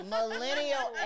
Millennial